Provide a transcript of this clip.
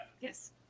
Yes